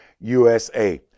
usa